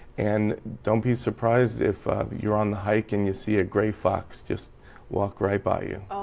and don't be surprised if you're on the hike and you see a grey fox, just walk right by it.